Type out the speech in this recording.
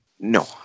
No